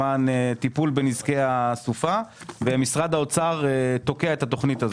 למען טיפול בנזקי הסופה ומשרד האוצר תוקע את התוכנית הזאת.